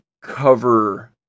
cover